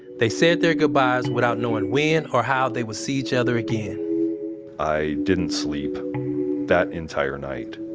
they said their goodbyes without knowing when or how they would see each other again i didn't sleep that entire night.